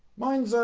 mine's uhm,